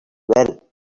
well